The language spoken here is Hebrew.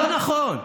לא נכון.